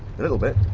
little bit.